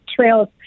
trails